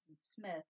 Smith